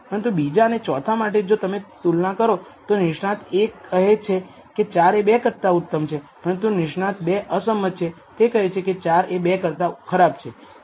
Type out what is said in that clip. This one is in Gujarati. પરંતુ બીજા અને ચોથા માટે જો તમે તુલના કરો તો નિષ્ણાંત એક કહે છે કે 4 એ 2 કરતા ઉત્તમ છે પરંતુ નિષ્ણાંત ૨ અસહમત છે તે કહે છે કે 4 એ 2 કરતા ખરાબ છે